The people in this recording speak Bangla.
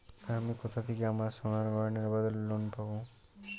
আমি কোথা থেকে আমার সোনার গয়নার বদলে লোন পাবো?